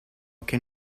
can